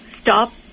stop